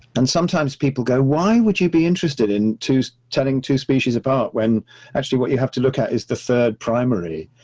and sometimes people go, why would you be interested in telling two species apart? when actually, what you have to look at is the third primary,